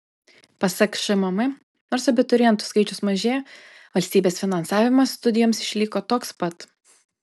pasak šmm nors abiturientų skaičius mažėja valstybės finansavimas studijoms išliko toks pat